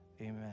amen